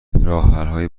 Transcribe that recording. راهحلهای